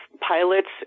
pilots